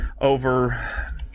over